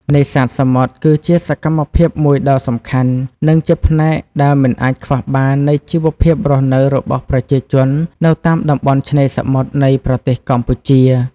នេសាទសមុទ្រគឺជាសកម្មភាពមួយដ៏សំខាន់ និងជាផ្នែកដែលមិនអាចខ្វះបាននៃជីវភាពរស់នៅរបស់ប្រជាជននៅតាមតំបន់ឆ្នេរសមុទ្រនៃប្រទេសកម្ពុជា។